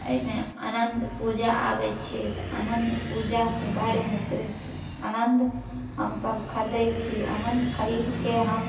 एहिमे अनन्त पूजा आबै छै तऽ अनन्त पूजाके बारेमे बतबै छी अनन्त हमसब खरदै छी अनन्त खरीदके हम